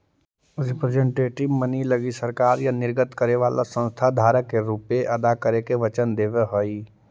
representative money लगी सरकार या निर्गत करे वाला संस्था धारक के रुपए अदा करे के वचन देवऽ हई